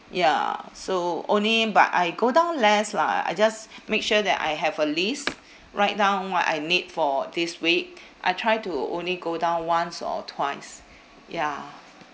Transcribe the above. ya so only but I go down less lah I just make sure that I have a list write down what I need for this week I try to only go down once or twice ya